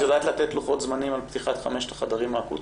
את יודעת לתת לוחות זמנים על פתיחת חמשת החדרים האקוטיים?